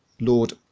Lord